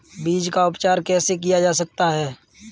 बीज का उपचार कैसे किया जा सकता है?